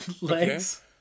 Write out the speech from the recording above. legs